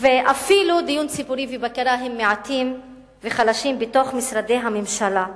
ואפילו דיון ציבורי ובקרה הם מעטים וחלשים בתוך משרדי הממשלה עצמם.